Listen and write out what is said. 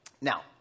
Now